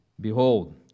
Behold